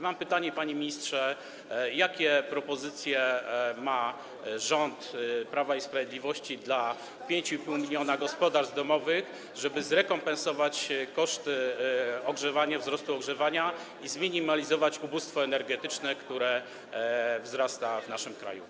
Mam pytanie, panie ministrze, jakie propozycje ma rząd Prawa i Sprawiedliwości dla 5,5 mln gospodarstw domowych, żeby zrekompensować wzrost kosztów ogrzewania i zminimalizować ubóstwo energetyczne, które wzrasta w naszym kraju.